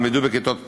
ילמדו בכיתות קטנות.